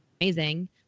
amazing